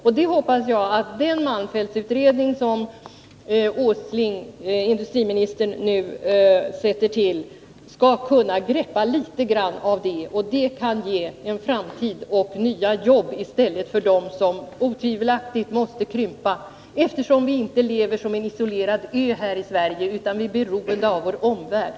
Och jag hoppas att den malmfältsutredning som industriminister Åsling nu skall tillsätta skall kunna få ett visst grepp om dessa saker, så att de kan bidra med nya jobb i stället för dem som otvivelaktigt måste försvinna. Vi lever ju inte här i Sverige på en isolerad ö, utan vi är beroende av vår omvärld.